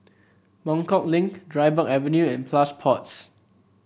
Buangkok Link Dryburgh Avenue and Plush Pods